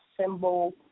symbol